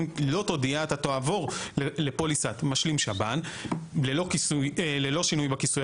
אם לא תודיע אתה תעבור לפוליסת משלים שב"ן ללא שינוי בכיסוי